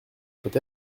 peut